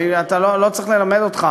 לא צריך ללמד אותך,